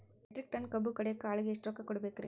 Metric tonne ಕಬ್ಬು ಕಡಿಯಾಕ ಆಳಿಗೆ ಎಷ್ಟ ರೊಕ್ಕ ಕೊಡಬೇಕ್ರೇ?